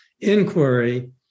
inquiry